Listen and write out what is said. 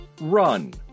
run